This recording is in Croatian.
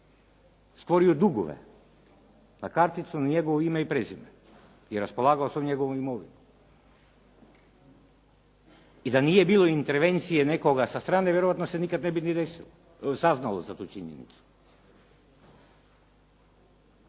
sporio dugove, na karticu na njegovo ime i prezime i raspolagao sa njegovom imovinom. I da nije bilo intervencije nekoga sa strane, vjerojatno se nikada ne bi ni desilo, saznalo za tu činjenicu.